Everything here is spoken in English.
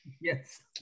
Yes